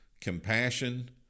compassion